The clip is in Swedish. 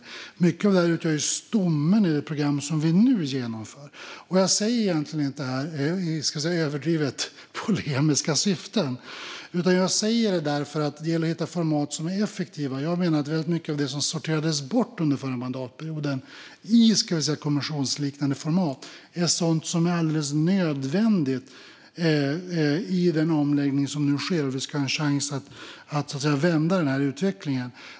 Mycket av detta utgör stommen i det program som vi nu genomför. Jag säger egentligen inte det här i överdrivet polemiska syften, utan jag säger det därför att det gäller att hitta format som är effektiva. Jag menar att väldigt mycket av det som sorterades bort under förra mandatperioden i kommissionsliknande format är sådant som är alldeles nödvändigt i den omläggning som nu sker om vi ska ha en chans att vända den här utvecklingen.